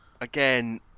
Again